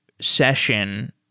session